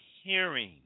hearing